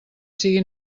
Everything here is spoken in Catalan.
sigui